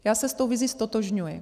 Já se s tou vizí ztotožňuji.